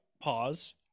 Pause